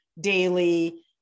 daily